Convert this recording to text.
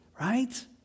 right